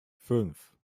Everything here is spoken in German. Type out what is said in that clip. fünf